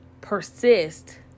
persist